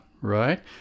right